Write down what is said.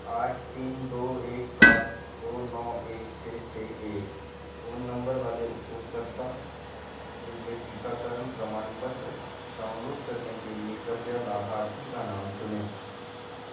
आठ तीन दो एक सात दो नौ एक छः छः एक फोन नंबर वाले उपभोगकर्ता के लिए टीकाकरण प्रमाणपत्र डाउनलोड करने के लिए कृपया लाभार्थी का नाम चुनें